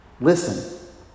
Listen